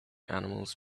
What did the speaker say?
animals